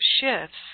shifts